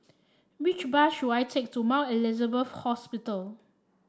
which bus should I take to Mount Elizabeth Hospital